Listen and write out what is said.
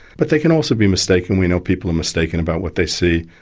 but they can also be mistaken. we know people are mistaken about what they see,